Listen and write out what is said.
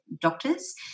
doctors